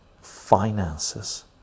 finances